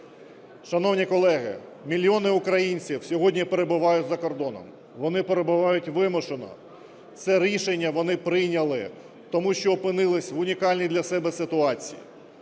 Шановні колеги, мільйони українців сьогодні перебувають за кордоном, вони перебувають вимушено, це рішення вони прийняли тому, що опинились в унікальній для себе ситуації.